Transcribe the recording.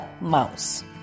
mouse